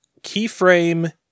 keyframe